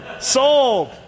Sold